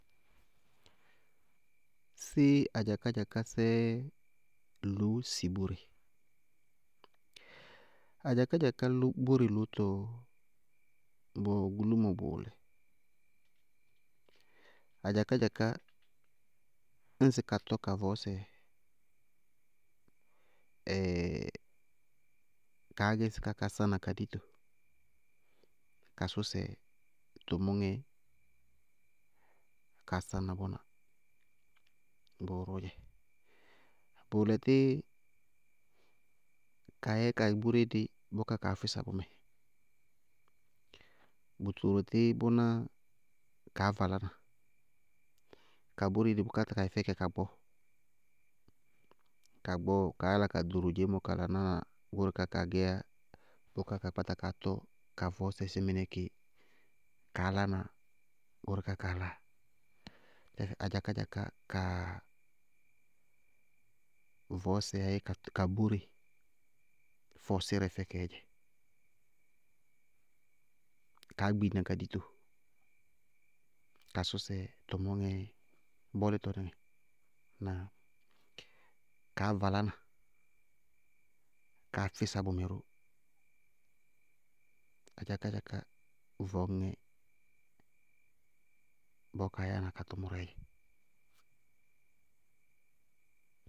Séé adzakádzakásɛ lʋñ sɩ bóre? Adzakádzaká boé lʋñtɔ, bʋwɛ gulúmo bʋʋlɛ. Adzakádzaká, ñŋsɩ ka tɔ ka vɔɔsɛ, kaá gɛ sɩ ká kasá na ka dito. Kasʋsɛ, tʋmʋŋɛ, kaá sáŋna bʋná, bóre yɛ, bʋʋlɛtí, kaá yɛ ka bóre dí bʋká kaá físa bʋmɛ, bʋtoorotí, bʋnáá kaá valá na, ka bóre dí bʋ kpáta ka yɛ fɛkɛ ka gbɔɔ. Ka gbɔɔ kaá yála ka ɖoro dzeémɔ ka laná goóre kaá kaa gɛyá, bʋká ka kpáta kaá tɔ ka vɔñsɛ sí mɩnɛ ké kaá lána goóre kaá kaa láa. Gɛ, adzakádzaká ka vɔɔsɛ abé ka, ka bóre fɔɔsírɛ fɛkɛɛ dzɛ, kaá gbiŋna ka dito. Kasʋsɛ, tʋmʋŋɛ, bʋʋlɛtí tʋmʋŋɛ na kaá valána, kaá físa bʋmɛ ró. Adzakádzaká vɔñŋɛ bɔɔ kaa yáana ka tʋmʋrɛɛ dzɛ.